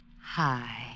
Hi